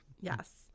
Yes